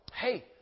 hey